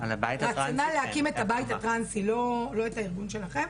להקים את הבית הטרנסי לא את הארגון שלכם.